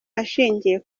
ashingiye